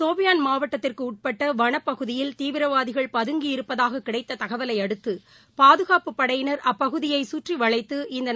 சோபியான் மாவட்டத்திற்கு உட்பட்ட வனப்பகுதியில் தீவிரவாதிகள் பதங்கியிருப்பதாக கிடைத்த தகவலையடுத்து பாதுகாப்புப் படையினர் அப்பகுதியை சுற்றி வளைத்து இந்த நடவடிக்கை மேற்கொண்டனர்